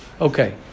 Okay